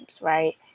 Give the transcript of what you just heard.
right